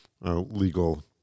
legal